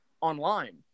online